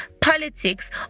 politics